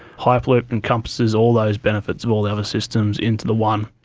hyperloop encompasses all those benefits of all the other systems into the one.